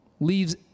leaves